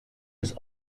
des